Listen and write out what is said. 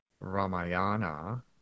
Ramayana